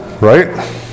right